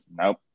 nope